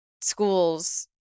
schools